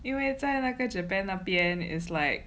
因为在那个 japan 那边 is like